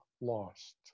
lost